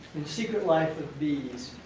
secret life of bees,